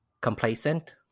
complacent